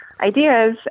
ideas